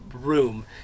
room